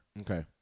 Okay